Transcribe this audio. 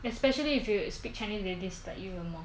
especially if you speak chinese they dislike you even more